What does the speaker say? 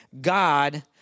God